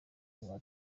guha